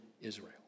Israel